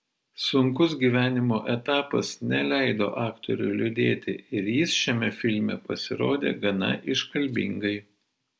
sunkus gyvenimo etapas neleido aktoriui liūdėti ir jis šiame filme pasirodė gana iškalbingai